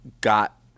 got